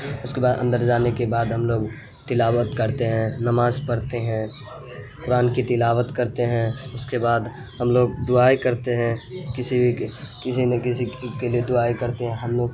اس کے بعد اندر جانے کے بعد ہم لوگ تلاوت کرتے ہیں نماز پڑھتے ہیں قرآن کی تلاوت کرتے ہیں اس کے بعد ہم لوگ دعائیں کرتے ہیں کسی کسی نہ کسی کے لیے دعائیں کرتے ہیں ہم لوگ